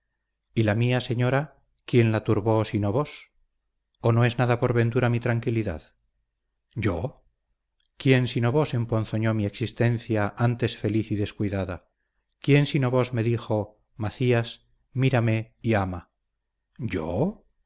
y la mía señora quién la turbó sino vos o no es nada por ventura mi tranquilidad yo quién sino vos emponzoñó mi existencia antes feliz y descuidada quién sino vos me dijo macías mírame y ama yo